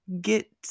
get